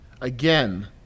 again